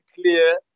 clear